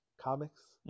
comics